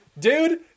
dude